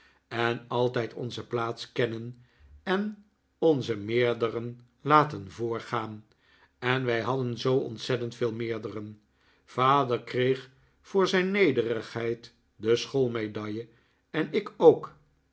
en altijd onze plaats kennen en onze meerderen laten voorgaan en wij hadden zoo ontzettend veel meerderen vader kreeg voor zijn nederigheid de school medaille en ik ook